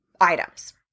items